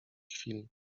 chwili